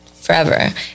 forever